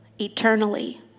eternally